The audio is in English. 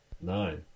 Nine